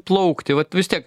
plaukti vat vis tiek